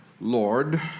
Lord